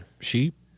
sheep